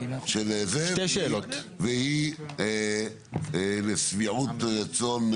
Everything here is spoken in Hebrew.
והיא לשביעות רצון,